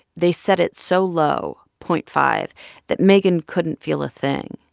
they set it so low point five that megan couldn't feel a thing.